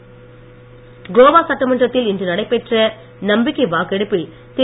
கோவா கோவா சட்டமன்றத்தில் இன்று நடைபெற்ற நம்பிக்கை வாக்கெடுப்பில் திரு